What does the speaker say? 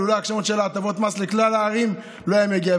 ולולי העקשנות שלה הטבות המס לכלל הערים לא היה מגיעות,